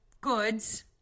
goods